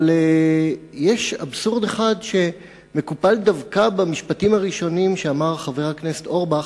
אבל יש אבסורד אחד שמקופל דווקא במשפטים הראשונים שאמר חבר הכנסת אורבך,